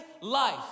life